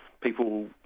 people